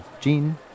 Jean